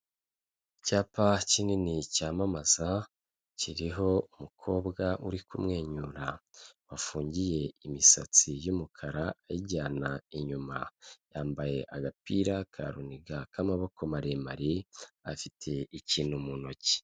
Icyapa kinini cyamamaza, kiriho umukobwa uri kumwenyura wafungiye imisatsi y'umukara ayijyana inyuma, yambaye agapira ka runiga k'amaboko maremare, afite ikintu mu ntoki.